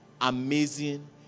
amazing